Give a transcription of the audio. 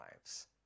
lives